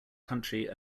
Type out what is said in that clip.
country